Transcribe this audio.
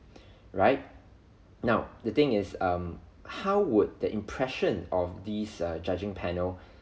right now the thing is um how would the impression of these err judging panel